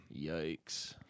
Yikes